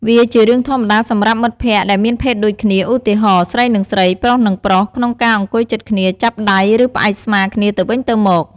វាជារឿងធម្មតាសម្រាប់មិត្តភក្តិដែលមានភេទដូចគ្នា ឧទាហរណ៍ ស្រីនឹងស្រី ប្រុសនឹងប្រុស ក្នុងការអង្គុយជិតគ្នា ចាប់ដៃ ឬផ្អែកស្មាគ្នាទៅវិញទៅមក។